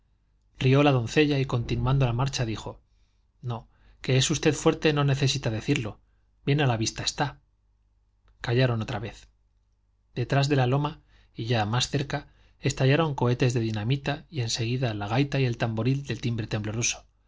rió la doncella y continuando la marcha dijo no que es usted fuerte no necesita decirlo bien a la vista está callaron otra vez detrás de la loma y ya más cerca estallaron cohetes de dinamita y en seguida la gaita y el tamboril de timbre tembloroso